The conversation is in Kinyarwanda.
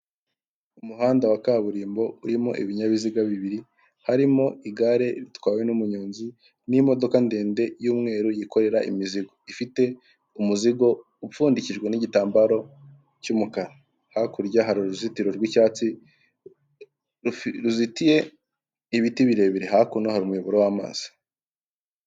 Umuhanda wa kaburimbo urimo ibinyabiziga bibiri harimo igare ritwawe n'umunyonzi ,n'imodoka ndende y'umweru yikorera imizigo, ifite umuzigo upfundikijwe n'igitambaro cy'umukara, hakurya hari uruzitiro rw'icyatsi ruzitiye ibiti birebire hakuno har' umuyobo w'amazi.